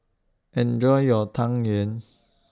Enjoy your Tang Yuen